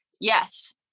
yes